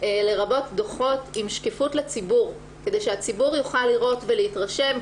לרבות דוחות עם שקיפות לציבור כדי שהציבור יוכל לראות ולהתרשם.